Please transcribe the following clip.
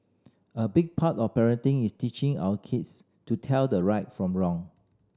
a big part of parenting is teaching our kids to tell the right from wrong